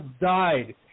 died